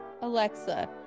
Alexa